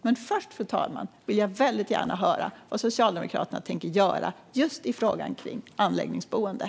Men först, fru talman, vill jag väldigt gärna höra vad Socialdemokraterna tänker göra vad gäller just anläggningsboenden.